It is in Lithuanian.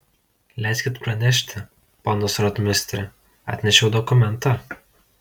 leiskit pranešti ponas rotmistre atnešiau dokumentą